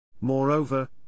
Moreover